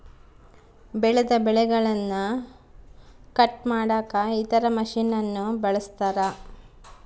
ಬೆಳೆದ ಬೆಳೆಗನ್ನ ಕಟ್ ಮಾಡಕ ಇತರ ಮಷಿನನ್ನು ಬಳಸ್ತಾರ